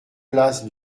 place